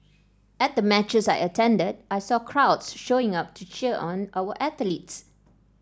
at the matches I attended I saw crowds showing up to cheer on our athletes